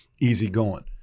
easygoing